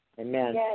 Amen